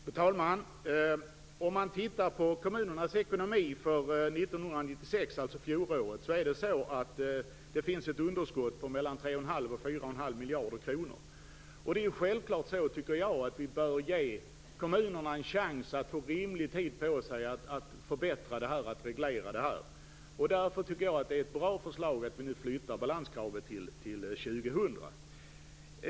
Fru talman! Om man tittar på kommunernas ekonomi för 1996, dvs. fjolåret, finns ett underskott på mellan 3 och en halv och 4 miljarder kronor. Det är självklart att vi bör ge kommunerna en chans att få rimlig tid på sig att förbättra och reglera detta. Därför är det ett bra förslag att vi nu flyttar balanskravet till år 2000.